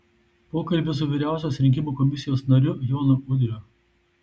pokalbis su vyriausios rinkimų komisijos nariu jonu udriu